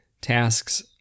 tasks